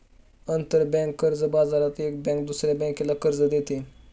आंतरबँक कर्ज बाजारात एक बँक दुसऱ्या बँकेला कर्ज देते